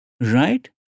Right